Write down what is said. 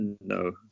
No